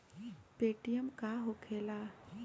Paytm का होखेला?